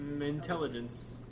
intelligence